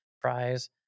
prize